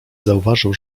zauważył